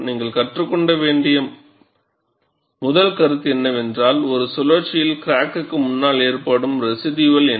நீங்கள் கற்றுக்கொள்ள வேண்டிய முதல் கருத்து என்னவென்றால் ஒரு சுழற்சியில் கிராக்குக்கு முன்னால் ஏற்படும் ரெசிடுயல் என்ன